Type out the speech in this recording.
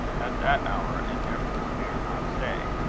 at that hour, and therefore dared not stay.